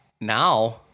now